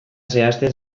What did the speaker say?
zehazten